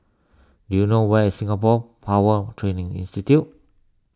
do you know where is Singapore Power Training Institute